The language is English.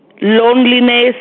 loneliness